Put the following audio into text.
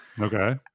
Okay